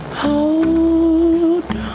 hold